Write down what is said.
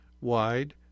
wide